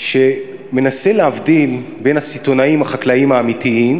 שמנסה להבדיל בין הסיטונאים החקלאיים האמיתיים